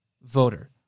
voter